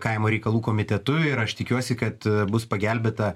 kaimo reikalų komitetu ir aš tikiuosi kad bus pagelbėta